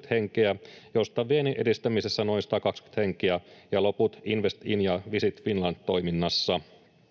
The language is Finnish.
150—160 henkeä, joista viennin edistämisessä noin 120 henkeä ja loput Invest in Finland ja Visit Finland -toiminnassa.